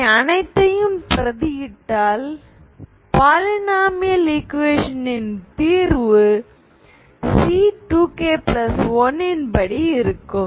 இவை அனைத்தையும் பிரதியிட்டால் பாலினாமியல் ஈக்குவேஷன் ன் தீர்வு C2k1 படி இருக்கும்